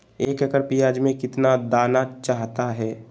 एक एकड़ प्याज में कितना दाना चाहता है?